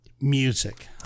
music